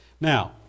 Now